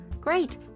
Great